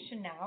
now